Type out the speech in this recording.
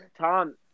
tom